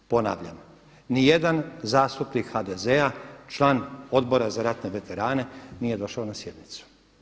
Ponavljam, ni jedan zastupnik HDZ-a član Odbor za ratne veterane nije došao na sjednicu.